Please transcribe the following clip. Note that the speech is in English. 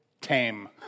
tame